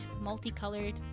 multicolored